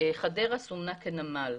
חדרה סומנה כנמל.